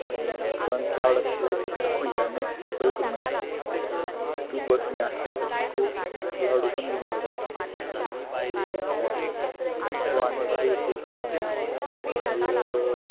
fun cloud आसा पय ती तुका खंयच्यान एक्सेसेबल करूंक मेयटा तूं बसी आसा तेन्ना सुद्दां तुका क्लावड ऑपन करूंक मेयटा सो या सो आनी एकूत पयशेय लागना मागीर